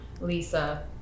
Lisa